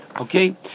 Okay